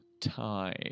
time